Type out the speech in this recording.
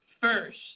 First